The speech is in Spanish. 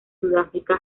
sudáfrica